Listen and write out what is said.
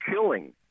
killing